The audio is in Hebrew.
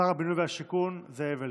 שר הבינוי והשיכון זאב אלקין.